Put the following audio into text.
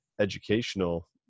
educational